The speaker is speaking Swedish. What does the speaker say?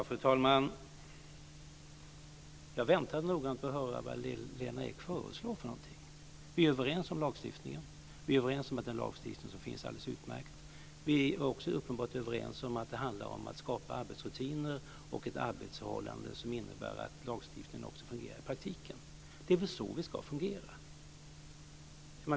Fru talman! Jag lyssnade noga för att höra vad Lena Ek föreslår. Vi är överens om lagstiftningen. Vi är överens om att den lagstiftning som finns är alldeles utmärkt. Vi är också uppenbart överens om att det handlar om att skapa arbetsrutiner och ett arbetsförhållande som innebär att lagstiftningen också fungerar i praktiken. Det är väl så det ska fungera?